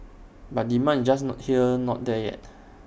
but demand is just not there no the yet